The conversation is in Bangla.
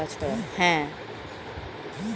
কম্পিউটারের প্রকৌশলী বিজ্ঞান দিয়ে কাজ করা হয়